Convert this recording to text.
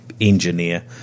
engineer